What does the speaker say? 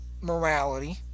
morality